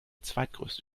zweitgrößte